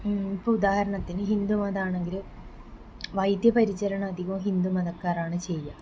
ഇപ്പം ഉദാഹരണത്തിന് ഹിന്ദു മതമാണെങ്കില് വൈദ്യ പരിചരണം അധികവും ഹിന്ദു മതക്കാരാണ് ചെയ്യുക